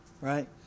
right